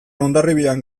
hondarribian